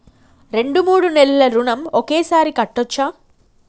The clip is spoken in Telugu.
రెండు మూడు నెలల ఋణం ఒకేసారి కట్టచ్చా?